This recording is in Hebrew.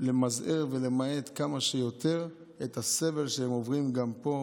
למזער ולמעט כמה שיותר את הסבל שהם עוברים גם פה,